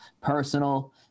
personal